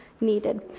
needed